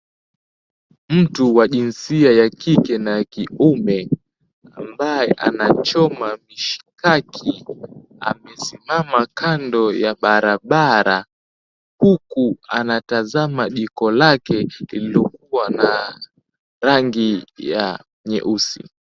Mtu wa jinsia ya kike na ya kiume, ambaye anachoma mishikaki, amesimama kando ya barabara huku anatazama jiko lake lililokuwa na rangi ya nyeusi.